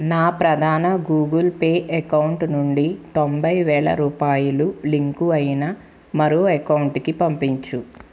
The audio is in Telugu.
నా ప్రధాన గూగుల్ పే అకౌంట్ నుండి తొంభైవేల రూపాయలు లింకు అయిన మరో అకౌంటుకి పంపించు